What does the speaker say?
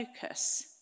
focus